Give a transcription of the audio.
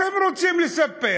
אתם רוצים לספח?